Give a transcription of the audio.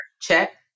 Check